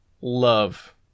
love